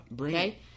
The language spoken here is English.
okay